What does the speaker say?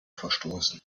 verstoßen